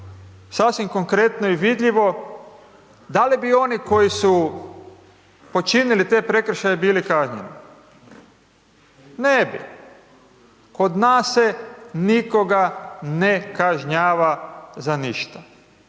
sasvim konkretno i vidljivo, da li bi oni koji su počinili te prekršaje bili kažnjeni? Ne bi. Kod nas se nikoga ne kažnjava za ništa.